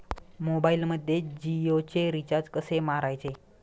मोबाइलमध्ये जियोचे रिचार्ज कसे मारायचे?